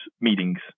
meetings